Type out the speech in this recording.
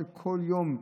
שכל יום,